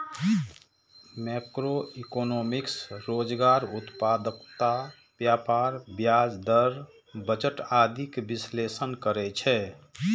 macroeconomics रोजगार, उत्पादकता, व्यापार, ब्याज दर, बजट आदिक विश्लेषण करै छै